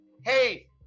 hey